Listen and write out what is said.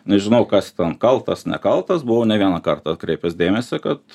nežinau kas kaltas nekaltas buva ne vieną kartą atkreipęs dėmesį kad